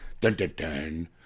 Dun-dun-dun